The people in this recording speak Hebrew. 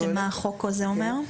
שמה החוק הזה אומר?